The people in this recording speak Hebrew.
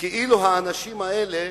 כאילו האנשים האלה